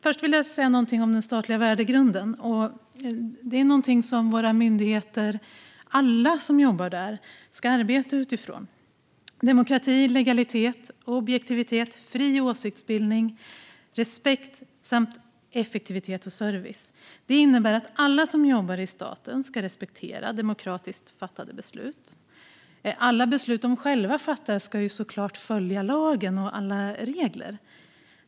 Först vill jag säga någonting om den statliga värdegrunden som alla som jobbar i våra myndigheter ska arbeta utifrån, alltså demokrati, legalitet, objektivitet, fri åsiktsbildning, respekt samt effektivitet och service. Det innebär att alla som jobbar i staten ska respektera demokratiskt fattade beslut. Alla beslut som de själva fattar ska såklart följa lagen och alla regler.